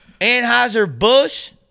Anheuser-Busch